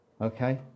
Okay